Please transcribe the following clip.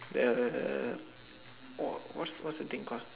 the what what's what's the thing call